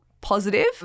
positive